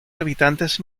habitantes